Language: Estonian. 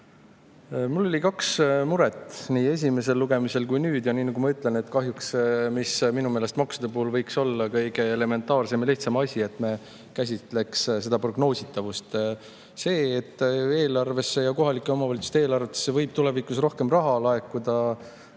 Mul oli kaks muret esimesel lugemisel ja on ka nüüd kahjuks. Minu meelest maksude puhul võiks olla kõige elementaarsem ja lihtsam, et me käsitleks nende prognoositavust. See, et [riigi]eelarvesse ja kohalike omavalitsuste eelarvetesse võib tulevikus rohkem raha laekuda,